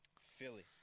Philly